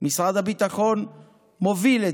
שמשרד הביטחון מוביל,